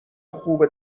خوب